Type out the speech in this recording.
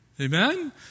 Amen